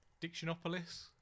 Dictionopolis